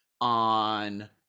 on